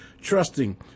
trusting